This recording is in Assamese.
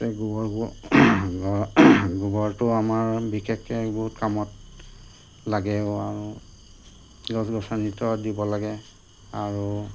গোবৰ গোবৰটো আমাৰ বিশেষকৈ বহুত কামত লাগে আৰু গছ গছনিতো দিব লাগে আৰু